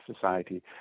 society